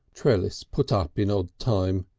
trellis put up in odd time.